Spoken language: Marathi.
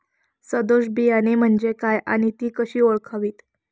सदोष बियाणे म्हणजे काय आणि ती कशी ओळखावीत?